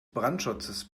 brandschutzes